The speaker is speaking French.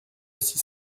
six